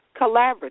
collaborative